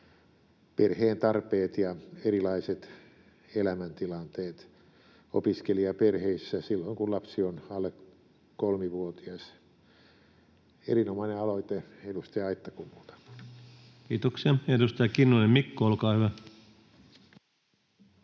perheen tarpeet ja erilaiset elämäntilanteet opiskelijaperheissä silloin, kun lapsi on alle kolmivuotias. Erinomainen aloite edustaja Aittakummulta. Kiitoksia. — Edustaja Mikko Kinnunen, olkaa hyvä.